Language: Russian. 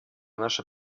наше